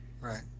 right